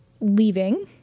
leaving